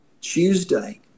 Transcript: Tuesday